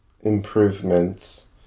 improvements